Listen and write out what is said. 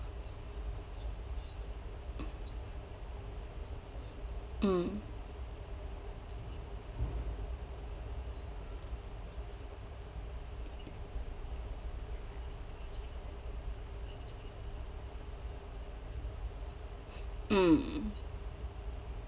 mm mm